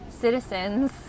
citizens